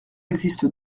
existe